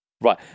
right